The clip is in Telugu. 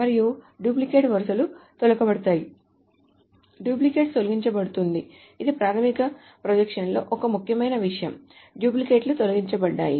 మరియు డూప్లికేట్ వరుసలు తొలగించబడతాయి డూప్లికేట్ తొలగించబడుతుంది ఇది ప్రాథమిక ప్రొజెక్షన్లో ఒక ముఖ్యమైన విషయం డూప్లికేట్లు తొలగించబడ్డాయి